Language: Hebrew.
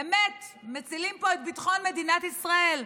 באמת מצילים פה את ביטחון מדינת ישראל.